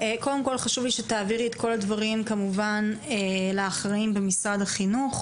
חשוב לי שתעבירי את כל הדברים כמובן לאחראים במשרד החינוך,